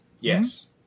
Yes